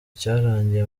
cyarangiye